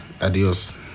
adios